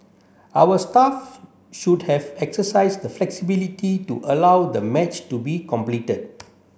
our staff should have exercised the flexibility to allow the match to be completed